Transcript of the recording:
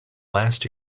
last